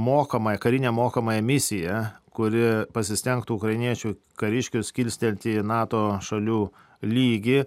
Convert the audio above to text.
mokomąją karinę mokomąją misiją kuri pasistengtų ukrainiečių kariškius kilstelti į nato šalių lygį